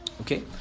Okay